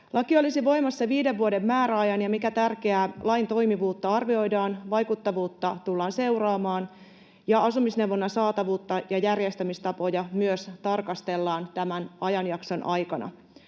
Laki olisi voimassa viiden vuoden määräajan, ja mikä tärkeää, lain toimivuutta arvioidaan, vaikuttavuutta tullaan seuraamaan ja asumisneuvonnan saatavuutta ja järjestämistapoja myös tarkastellaan tämän ajanjakson aikana.